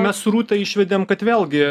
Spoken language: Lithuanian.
mes rūtą išvedėm kad vėlgi